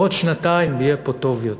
בעוד שנתיים יהיה פה טוב יותר.